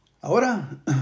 Ahora